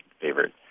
favorite